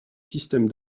systèmes